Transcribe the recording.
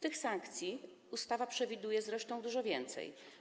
Tych sankcji ustawa przewiduje zresztą dużo więcej.